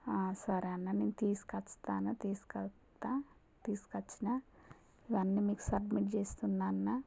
సరే అన్నా నేను తీసుకొస్తాను తీసుకొస్తాను తీసుకోచ్చినా ఇవన్నీ మీకు సబ్మిట్ చేస్తున్నా అన్నా